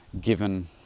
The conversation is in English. given